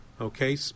Okay